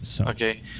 Okay